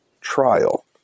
trial